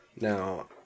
now